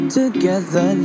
together